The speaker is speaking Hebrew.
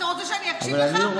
אתה רוצה שאני אקשיב לך?